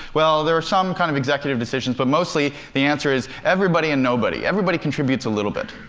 well, there are some kind of executive decisions, but mostly the answer is everybody and nobody. everybody contributes a little bit.